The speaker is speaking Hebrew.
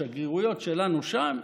בשגרירויות שלנו שם,